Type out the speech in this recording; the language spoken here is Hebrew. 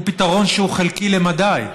הוא פתרון שהוא חלקי למדי,